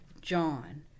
John